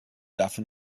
dafür